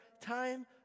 time